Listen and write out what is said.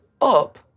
up